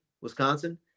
Wisconsin